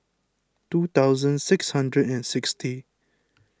two thousand six hundred and sixty